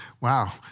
wow